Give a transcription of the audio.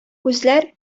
күзләр